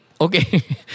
Okay